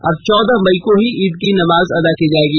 अब चौदह मई को ही ईद की नमाज अदा की जायेगी